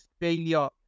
failure